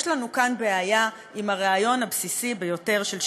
יש לנו כאן בעיה עם הרעיון הבסיסי ביותר של שקיפות.